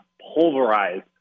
pulverized